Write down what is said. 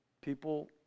People